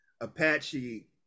Apache